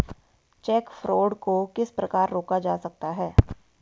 Check fraud को किस प्रकार रोका जा सकता है?